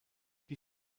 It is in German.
die